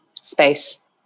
space